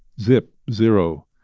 zip, zero.